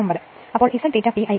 159 അപ്പോൾ Z∅ P Ia A